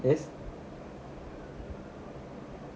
yes